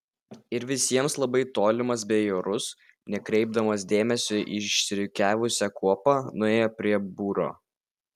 ir visiems labai tolimas bei orus nekreipdamas dėmesio į išsirikiavusią kuopą nuėjo prie būro